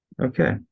Okay